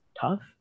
tough